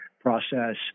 process